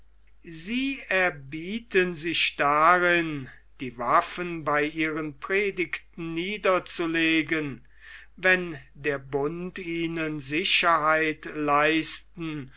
sie erbieten sich darin die waffen bei ihren predigten niederzulegen wenn der bund ihnen sicherheit leisten